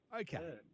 Okay